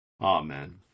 amen